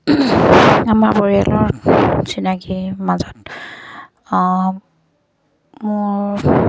আমাৰ পৰিয়ালৰ চিনাকিৰ মাজত মোৰ